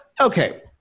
okay